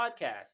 podcast